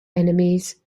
enemies